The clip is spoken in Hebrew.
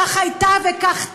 כך הייתה וכך תהיה.